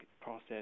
process